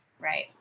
Right